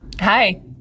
Hi